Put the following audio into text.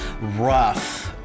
rough